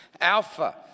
Alpha